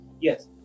Yes